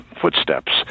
footsteps